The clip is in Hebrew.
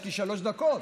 יש לי שלוש דקות.